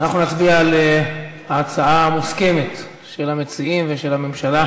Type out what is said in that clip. אנחנו נצביע על ההצעה המוסכמת של המציעים ושל הממשלה,